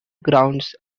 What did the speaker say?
grounds